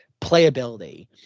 playability